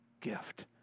gift